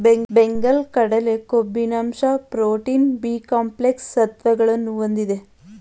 ಬೆಂಗಲ್ ಕಡಲೆ ಕೊಬ್ಬಿನ ಅಂಶ ಪ್ರೋಟೀನ್, ಬಿ ಕಾಂಪ್ಲೆಕ್ಸ್ ಸತ್ವಗಳನ್ನು ಹೊಂದಿದೆ